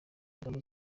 ingamba